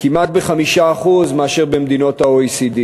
כמעט ב-5% מאשר במדינות ה-OECD?